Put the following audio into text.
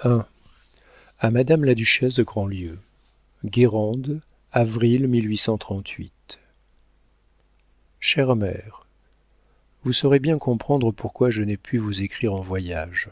a madame la duchesse de grandlieu guérande avril chère mère vous saurez bien comprendre pourquoi je n'ai pu vous écrire en voyage